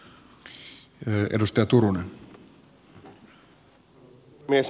arvoisa puhemies